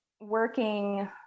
working